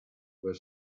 were